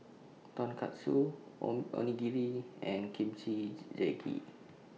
Tonkatsu on Onigiri and Kimchi Jjigae